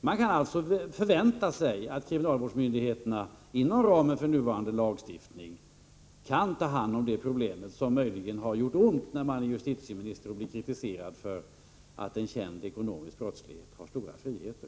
Man kan alltså förvänta sig att kriminalvårdsmyndigheterna inom ramen för nuvarande lagstiftning kan ta hand om det problem som möjligen har gjort ont när man är justitieminister och blir kritiserad för att en känd ekonomisk brottsling har stora friheter.